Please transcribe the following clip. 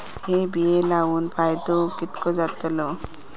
हे बिये लाऊन फायदो कितको जातलो?